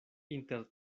inter